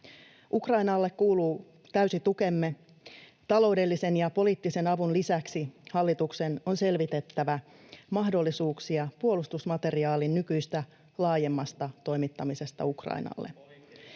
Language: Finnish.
Ukrainalle kuuluu täysi tukemme. Taloudellisen ja poliittisen avun lisäksi hallituksen on selvitettävä mahdollisuuksia puolustusmateriaalin nykyistä laajemmasta toimittamisesta Ukrainalle.